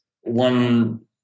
One